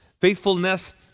faithfulness